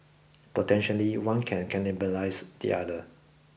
potentially one can cannibalise the other